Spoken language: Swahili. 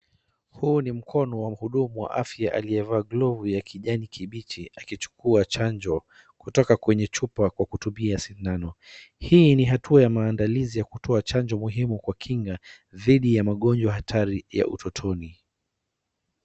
Huu ni mkono wa mhudumu wa afya aliyevaa glovu ya kijani kimbichi akichukua chanjo kutoka kwenye chupa kwa kutumia sindano. Hii ni hatua ya maandalizi ya kutoa chanjo muhimu kwa kinga dhidi ya mgonjwa hatari ya utotoni.